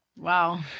Wow